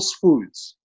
Foods